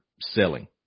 selling